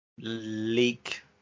leek